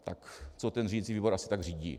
Tak co ten řídicí výbor asi tak řídí?